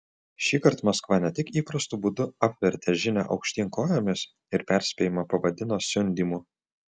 šįkart maskva ne tik įprastu būdu apvertė žinią aukštyn kojomis ir perspėjimą pavadino siundymu